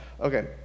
Okay